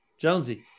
Jonesy